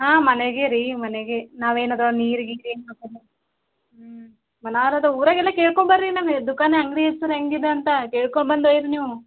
ಹಾಂ ಮನೆಗೇ ರೀ ಮನೆಗೇ ನಾವೇನು ಅದು ನೀರು ಗಿರೇನು ಹಾಕಲ್ಲ ಹ್ಞೂ ಬನಾರದ ಊರಗೆಲ್ಲಾ ಕೇಳ್ಕಂಡು ಬರ್ರಿ ನಮ್ಮ ದುಕಾನ್ ಅಂಗಡಿ ಹೆಸರು ಹ್ಯಾಂಗಿದೆ ಅಂತ ಕೇಳ್ಕೊಂಡು ಬಂದು ಒಯ್ಯಿರಿ ನೀವು